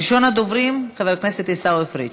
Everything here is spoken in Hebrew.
ראשון הדוברים, חבר הכנסת עיסאווי פריג'.